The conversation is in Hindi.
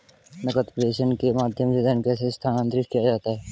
नकद प्रेषण के माध्यम से धन कैसे स्थानांतरित किया जाता है?